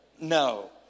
No